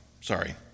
sorry